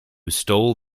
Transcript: stole